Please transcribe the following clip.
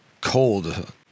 cold